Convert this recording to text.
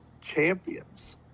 champions